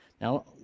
Now